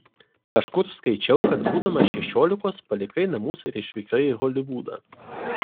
kažkur skaičiau kad būdamas šešiolikos palikai namus ir išvykai į holivudą